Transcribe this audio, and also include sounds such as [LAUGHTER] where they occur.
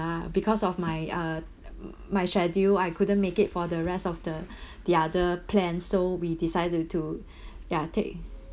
~(uh) because of my uh my schedule I couldn't make it for the rest of the [BREATH] the other plan so we decided to [BREATH] ya take